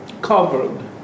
covered